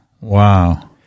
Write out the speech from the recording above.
wow